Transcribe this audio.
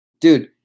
dude